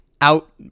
out